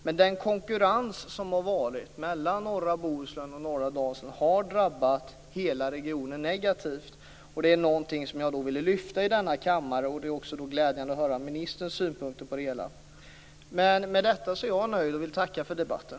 Men den konkurrens som har varit mellan norra Bohuslän och norra Dalsland har drabbat hela regionen negativt. Det är någonting som jag ville lyfta fram här i kammaren. Det är också glädjande att höra ministerns synpunkter på det hela. Med detta är jag nöjd och vill tacka för debatten.